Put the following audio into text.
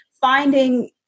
finding